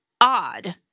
odd